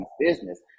business